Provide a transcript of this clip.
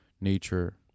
nature